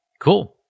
Cool